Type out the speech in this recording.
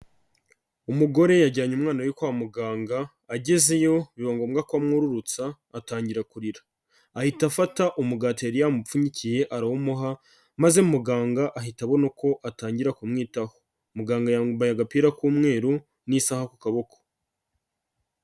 Umugore yajyanye umwana we kwa muganga, agezeyo biba ngombwa ko amwururutsa atangira kurira, ahita afata umugati yari yamupfunyikiye arawumuha maze muganga ahita abona ko atangira kumwitaho muganga yambaye agapira k'umweru n'isaha ku kaboko.